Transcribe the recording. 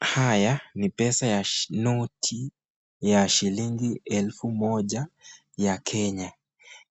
Haya ni pesa ya noti ya shilingi elfu moja ya Kenya.